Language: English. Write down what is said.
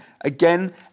again